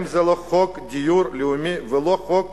אם זה לא חוק הדיור הלאומי ולא חוק